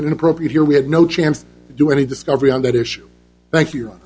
been appropriate here we had no chance to do any discovery on that issue thank you